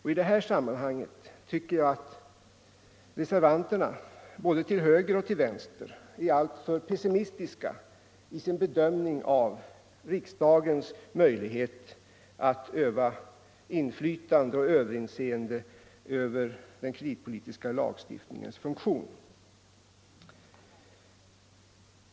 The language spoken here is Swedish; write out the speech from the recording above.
I detta sammanhang tycker jag att reservanterna både till höger och till vänster är alltför pessimistiska i sin bedömning av riksdagens möjlighet att öva inflytande på och överinseende över den kreditpolitiska lagstiftningens funktion.